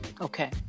Okay